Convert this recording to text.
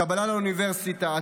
קבלה לאוניברסיטה,